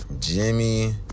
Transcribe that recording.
Jimmy